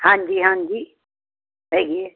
ਹਾਂਜੀ ਹਾਂਜੀ ਹੈਗੀ ਐ